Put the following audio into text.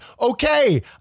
Okay